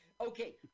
Okay